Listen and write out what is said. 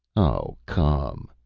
oh, come!